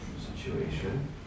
situation